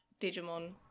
Digimon